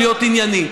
להיות ענייני,